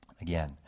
again